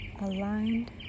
aligned